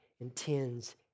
intends